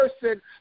person